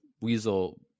weasel